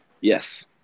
Yes